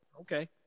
Okay